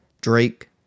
drake